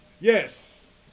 Yes